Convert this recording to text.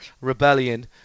Rebellion